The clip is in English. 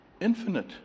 infinite